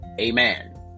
amen